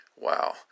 Wow